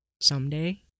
someday